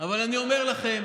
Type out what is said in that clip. אבל אני אומר לכם,